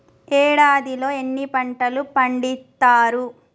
ఏడాదిలో ఎన్ని పంటలు పండిత్తరు?